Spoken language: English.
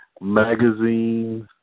magazines